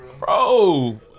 Bro